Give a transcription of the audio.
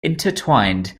intertwined